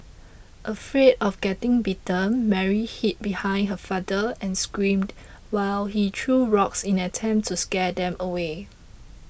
afraid of getting bitten Mary hid behind her father and screamed while he threw rocks in an attempt to scare them away